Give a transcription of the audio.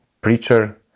preacher